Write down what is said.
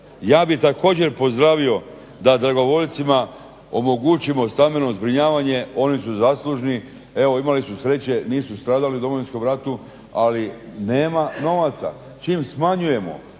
Ja bih također pozdravio da dragovoljcima omogućimo stambeno zbrinjavanje. Oni su zaslužni. Evo imali su sreće, nisu stradali u Domovinskom ratu ali nema novaca. Čim smanjujemo